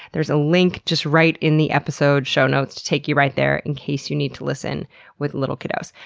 there's a link just right in the episode show notes to take you right there in case you need to listen with little kiddos.